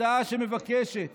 הצעה שמבקשת